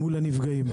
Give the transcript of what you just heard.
מול הנפגעים.